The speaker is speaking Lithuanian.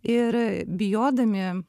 ir bijodami